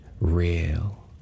real